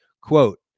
Quote